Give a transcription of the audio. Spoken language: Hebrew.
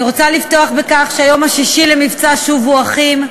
אני רוצה לפתוח בכך שהיום הוא היום השישי למבצע "שובו אחים".